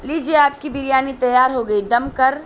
لیجیے آپ کی بریانی تیار ہوگئی دم کر